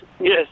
Yes